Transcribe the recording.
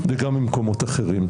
-- במקום לצום,